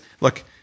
look